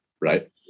Right